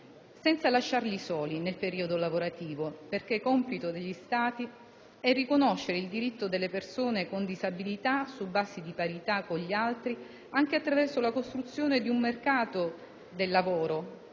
senza lasciarle sole nel periodo lavorativo, perché compito degli Stati è riconoscere il diritto delle persone con disabilità, su basi di parità con gli altri, anche attraverso la costruzione di un mercato del lavoro